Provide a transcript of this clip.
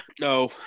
No